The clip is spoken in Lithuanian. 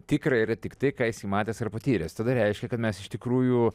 tikra yra tiktai ką esi matęs ar patyręs tada reiškia kad mes iš tikrųjų